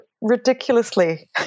ridiculously